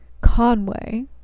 Conway